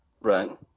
Right